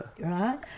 Right